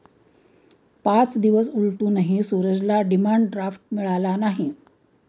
पाच दिवस उलटूनही सूरजला डिमांड ड्राफ्ट मिळाला नाही